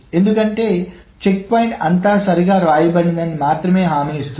ఎందుకంటే checkpoint అంతా సరిగ్గా వ్రాయబడిందని మాత్రమే హామీ ఇస్తుంది